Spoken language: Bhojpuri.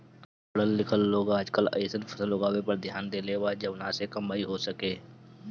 ढेर पढ़ल लिखल लोग आजकल अइसन फसल उगावे पर ध्यान देले बा जवना से कमाई हो सके